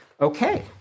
Okay